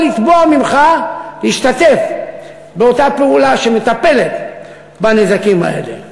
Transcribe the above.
לתבוע ממך להשתתף באותה פעולה שמטפלת בנזקים האלה.